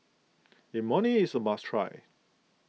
Imoni is a must try